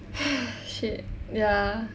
shit ya